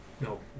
No